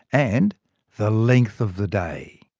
and the length of the day?